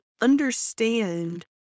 understand